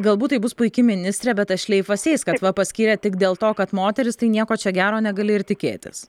galbūt tai bus puiki ministrė bet tas šleifas eis kad va paskyrė tik dėl to kad moteris tai nieko čia gero negali ir tikėtis